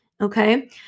Okay